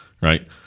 Right